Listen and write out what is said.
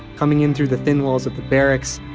coming in through the thin walls of the barracks,